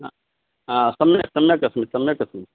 अ सम्यक् सम्यक् अस्मि सम्यक् अस्मि